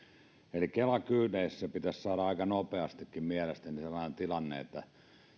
eli kela kyydeissä pitäisi saada aika nopeastikin mielestäni sellainen tilanne että